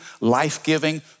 life-giving